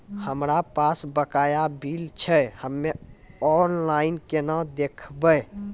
हमरा पास बकाया बिल छै हम्मे ऑनलाइन केना देखबै?